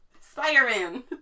Spider-Man